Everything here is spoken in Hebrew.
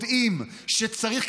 יודעים שצריך,